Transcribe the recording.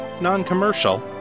non-commercial